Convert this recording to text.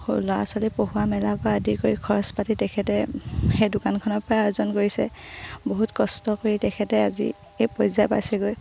ল'ৰা ছোৱালী পঢ়োৱা মেলাৰ পৰা আদি কৰি খৰচ পাতি তেখেতে সেই দোকানখনৰ পৰা অৰ্জন কৰিছে বহুত কষ্ট কৰি তেখেতে আজি এই পৰ্যায় পাইছেগৈ